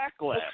backlash